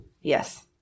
Yes